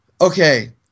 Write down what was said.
okay